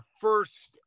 first